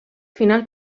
final